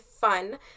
fun